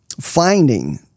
finding